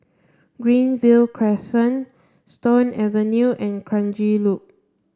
Greenview Crescent Stone Avenue and Kranji Loop